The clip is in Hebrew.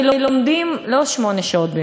באמת, לא בהתרסה,